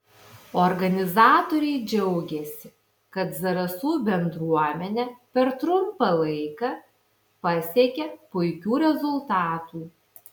organizatoriai džiaugėsi kad zarasų bendruomenė per trumpą laiką pasiekė puikių rezultatų